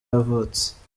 yavutse